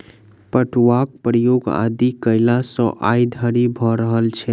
पटुआक प्रयोग आदि कालसँ आइ धरि भ रहल छै